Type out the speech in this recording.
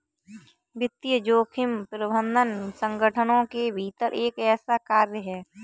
वित्तीय जोखिम प्रबंधन संगठनों के भीतर एक ऐसा कार्य है